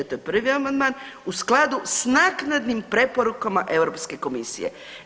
To je prvi amandman u skladu sa naknadnim preporukama Europske komisije.